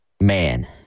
man